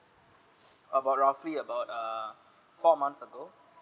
about roughly about err four months ago